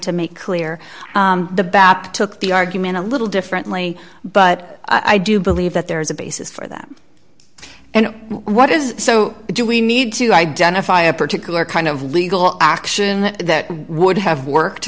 to make clear the back to the argument a little differently but i do believe that there is a basis for them and what is so do we need to identify a particular kind of legal action that would have worked